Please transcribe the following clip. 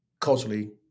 culturally